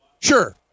Sure